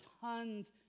tons